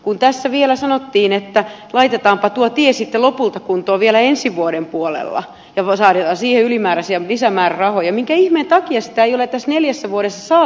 kun tässä vielä sanottiin että laitetaanpa tuo tie sitten lopulta kuntoon vielä ensi vuoden puolella ja saadaan siihen ylimääräisiä lisämäärärahoja minkä ihmeen takia sitä ei ole tässä neljässä vuodessa saatu aikaan